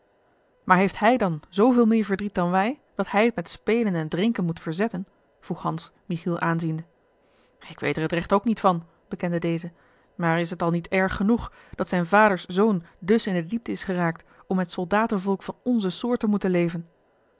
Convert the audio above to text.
maar heeft hij dan zooveel meer verdriet dan wij dat hij het met spelen en drinken moet verzetten vroeg hans michiel aanziende ik weet er het rechte ook niet van bekende deze maar is t al niet erg genoeg dat zijn vaders zoon dus in de diepte is geraakt om met soldatenvolk van onze soort te moeten leven